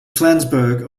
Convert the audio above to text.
flansburgh